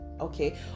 okay